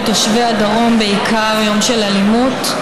לתושבי הדרום בעיקר יום של אלימות.